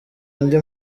andi